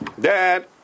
dad